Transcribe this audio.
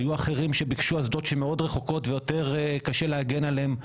היו אחרים שביקשו אסדות שמאוד רחוקות ויותר קשה להגן עליהן,